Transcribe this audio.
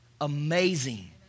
Amazing